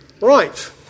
right